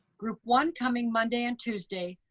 group one coming monday and tuesday,